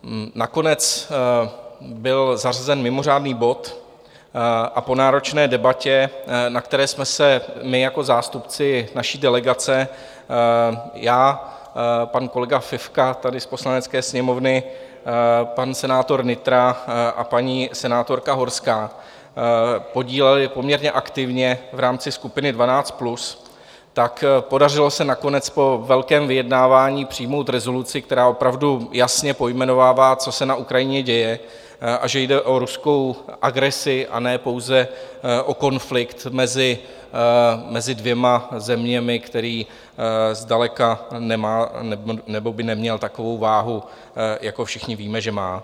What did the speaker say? Nakonec byl zařazen mimořádný bod a po náročné debatě, na které jsme se my jako zástupci naší delegace já, pan kolega Fifka tady z Poslanecké sněmovny, pan senátor Nytra a paní senátorka Horská podíleli poměrně aktivně v rámci skupiny 12+, tak se podařilo nakonec po velkém vyjednávání přijmout rezoluci, která opravdu jasně pojmenovává, co se na Ukrajině děje, a že jde o ruskou agresi, a ne pouze o konflikt mezi dvěma zeměmi, který zdaleka nemá nebo by neměl takovou váhu, jako všichni víme, že má.